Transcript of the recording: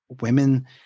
women